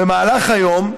במהלך היום,